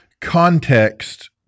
context